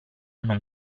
non